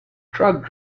truck